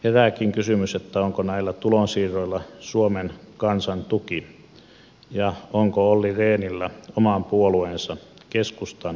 herääkin kysymys onko näillä tulonsiirroilla suomen kansan tuki ja onko olli rehnillä oman puolueensa keskustan varaukseton tuki